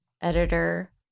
editor